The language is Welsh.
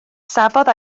safodd